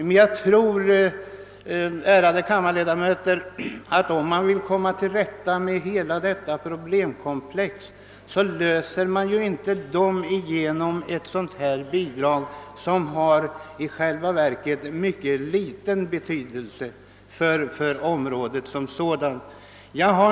Men jag tror, ärade kammarledamöter, att det inte går att lösa alla dessa problem genom ett sådant här bidrag, som i själva verket får mycket liten betydelse för området som sådant.